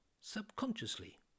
subconsciously